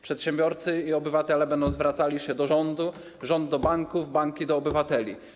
Przedsiębiorcy i obywatele będą zwracali się do rządu, rząd do banków, banki do obywateli.